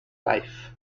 life